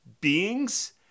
beings